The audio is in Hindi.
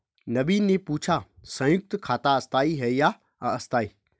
नवीन ने पूछा संयुक्त खाता स्थाई है या अस्थाई